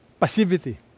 passivity